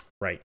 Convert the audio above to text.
Right